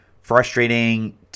frustrating